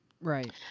Right